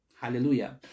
Hallelujah